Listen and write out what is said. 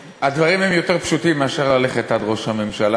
הדברים הם יותר פשוטים מאשר ללכת עד ראש הממשלה,